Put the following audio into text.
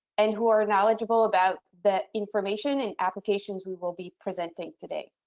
and who are knowledgeable about the information and applications we will be presenting today.